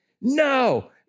no